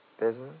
Business